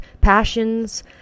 passions